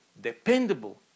dependable